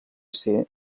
ser